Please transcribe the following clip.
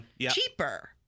cheaper